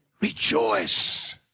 rejoice